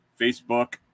Facebook